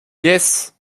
yes